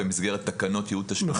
במסגרת תקנות ייעוד תשלומים.